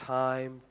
time